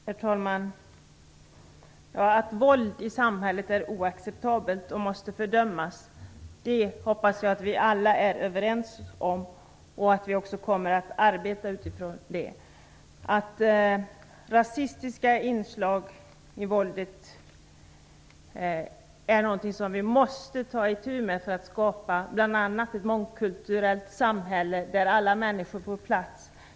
Herr talman! Att våld i samhället är oacceptabelt och måste fördömas hoppas jag att vi alla är överens om. Jag hoppas att vi också kommer att arbeta utifrån det. Rasistiska inslag i våldet är något som vi måste ta itu med bl.a. för att skapa ett mångkulturellt samhälle där alla människor får plats.